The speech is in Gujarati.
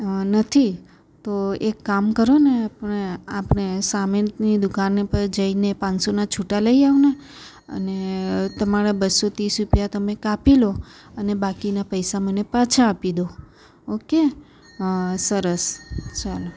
નથી તો એક કામ કરો ને હવે આપણે સામેની દુકાને પર જઈને પાંચસોના છૂટા લઈ આવો ને અને તમારા બસો ત્રીસ રૂપિયા તમે કાપી લો અને બાકીના પૈસા મને પાછા આપી દો ઓકે હા સરસ ચાલો